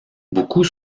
beaucoup